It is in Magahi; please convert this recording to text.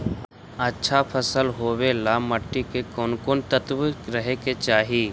अच्छा फसल होबे ल मट्टी में कोन कोन तत्त्व रहे के चाही?